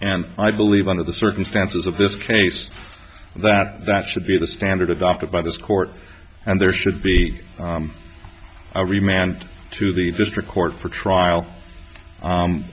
and i believe under the circumstances of this case that that should be the standard adopted by this court and there should be a remand to the district court for trial